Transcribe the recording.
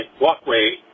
walkway